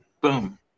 Boom